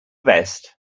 best